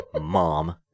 Mom